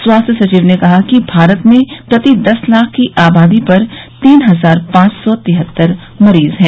स्वास्थ्य सचिव ने कहा कि भारत में प्रति दस लाख की आबादी पर तीन हजार पांच सौ तिहत्तर मरीज हैं